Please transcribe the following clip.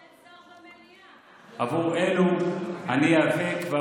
סליחה, אדוני היושב-ראש, אין שר במליאה.